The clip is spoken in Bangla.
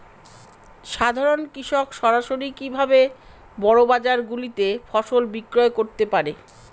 সাধারন কৃষক সরাসরি কি ভাবে বড় বাজার গুলিতে ফসল বিক্রয় করতে পারে?